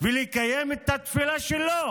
ולקיים את התפילה שלו,